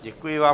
Děkuji vám.